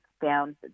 found